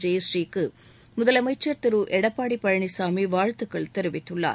ஜெயபூரீ க்கு முதலமைச்சர் திரு எடப்பாடி பழனிசாமி வாழ்த்துக்கள் தெரிவித்துள்ளார்